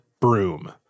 broom